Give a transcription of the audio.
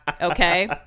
Okay